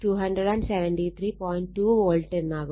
2 volt എന്നാകും